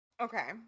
okay